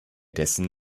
dessen